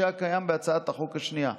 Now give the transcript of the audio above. שהיה קיים בהצעת החוק השנייה.